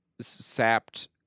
sapped